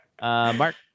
Mark